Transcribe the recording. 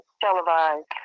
televised